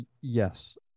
Yes